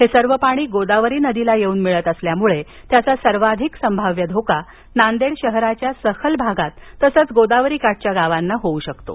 हे सर्व पाणी गोदावरी नदीला येवून मिळत असल्यामुळे याचा सर्वाधिक संभाव्य धोका नांदेड शहराच्या सखल भागात तसेच गोदावरी काठच्या गावात होऊ शकतो